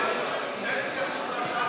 אין התייחסות להצעת החוק.